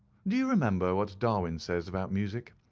do you remember what darwin says about music?